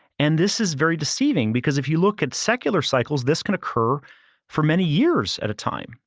and this is very deceiving because if you look at secular cycles, this can occur for many years at a time,